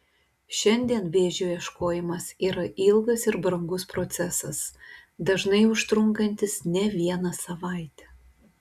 šiandien vėžio ieškojimas yra ilgas ir brangus procesas dažnai užtrunkantis ne vieną savaitę